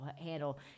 handle